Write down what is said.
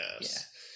yes